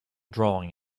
drawing